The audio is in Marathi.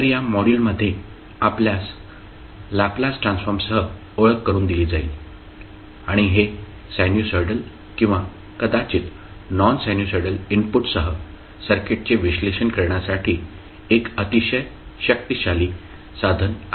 तर या मॉड्यूल मध्ये आपल्यास लॅपलास ट्रान्सफॉर्मसह ओळख करून दिली जाईल आणि हे सायनुसॉइडल किंवा कदाचित नॉन साइनुसॉइडल इनपुट सह सर्किटचे विश्लेषण करण्यासाठी एक अतिशय शक्तिशाली साधन आहे